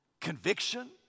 conviction